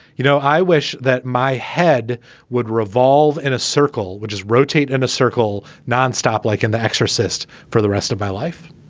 you know, i wish that my head would revolve in a circle, which is rotate in a circle nonstop, like in the exorcist for the rest of my life.